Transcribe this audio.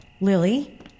Lily